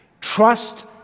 Trust